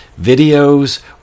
videos